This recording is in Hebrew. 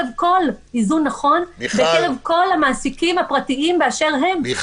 נכון בקרב כל המעסיקים הפרטיים באשר הם -- מיכל,